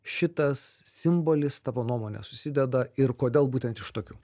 šitas simbolis tavo nuomone susideda ir kodėl būtent iš tokių